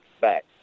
back